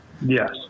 yes